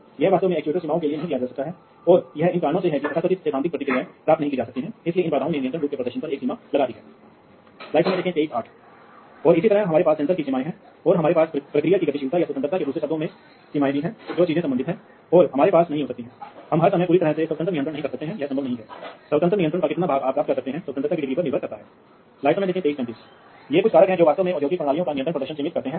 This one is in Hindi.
तो इसका मतलब है कि ये डिवाइस इंटरऑपरेबल नहीं हैं इसलिए उस समस्या को हटा दिया गया है क्योंकि अब यह मांग की गई है कि सभी फील्डबस संगत यदि कोई कंपनी एक डिवाइस बनाती है और इसे फील्डबस मानक संगत घोषित किया जाता है तो यह किसी भी तरह से इंटरऑपरेबल होगा अन्य फ़ील्डबस संगत डिवाइस जो भी कंपनी द्वारा निर्मित की जाती है